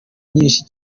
myinshi